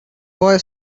boy